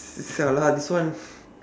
s~ sia lah this one